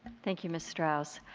thank you, ms. strauss.